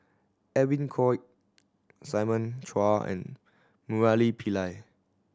Edwin Koek Simon Chua and Murali Pillai